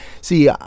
see